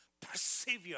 persevere